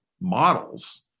models